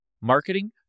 Marketing